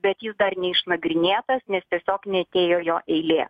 bet jis dar neišnagrinėtas nes tiesiog neatėjo jo eilė